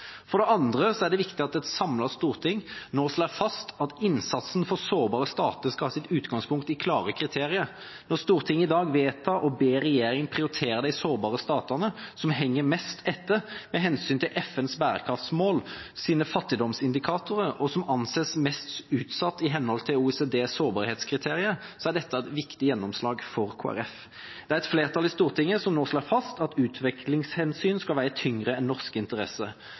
For det andre er det viktig at et samlet storting nå slår fast at innsatsen for sårbare stater skal ha sitt utgangspunkt i klare kriterier. Når Stortinget i dag vedtar å be regjeringa prioritere de sårbare statene som henger mest etter med hensyn til FNs bærekraftsmåls fattigdomsindikatorer, og som anses mest utsatt i henhold til OECDs sårbarhetskritierier, er det et viktig gjennomslag for Kristelig Folkeparti. Det er et flertall i Stortinget som nå slår fast at utviklingshensyn skal veie tyngre enn